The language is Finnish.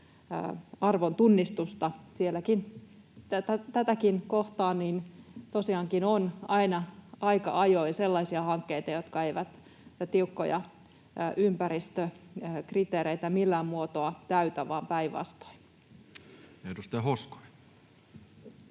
arvon tunnistusta sielläkin. Tätäkin kohtaan tosiaankin on aika ajoin sellaisia hankkeita, jotka eivät tiukkoja ympäristökriteereitä millään muotoa täytä, vaan päinvastoin. [Speech 75]